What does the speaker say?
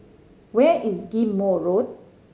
where is Ghim Moh Road